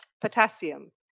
Potassium